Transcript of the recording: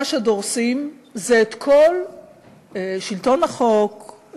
מה שדורסים זה כל שלטון החוק,